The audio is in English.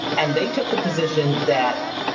and they took the position that,